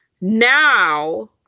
Now